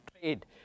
trade